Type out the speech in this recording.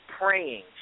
praying